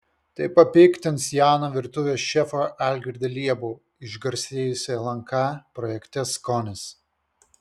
tai papiktins jauną virtuvės šefą algirdą liebų išgarsėjusį lnk projekte skonis